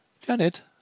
Janet